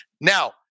Now